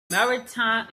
maritime